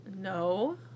No